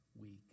week